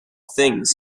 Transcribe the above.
things